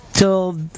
Till